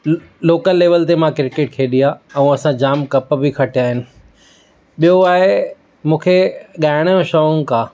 local level ते मां cricket खेॾी आहे ऐं असां जामु कप बि खटिया आहिनि ॿियो आहे मूंखे ॻाइण जो शौंक़ु आ